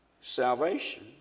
Salvation